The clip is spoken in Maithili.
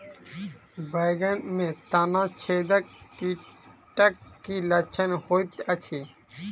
बैंगन मे तना छेदक कीटक की लक्षण होइत अछि?